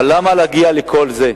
אבל למה להגיע לכל זה?